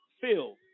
filled